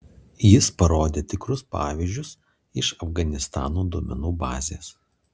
jis parodė tikrus pavyzdžius iš afganistano duomenų bazės